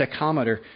tachometer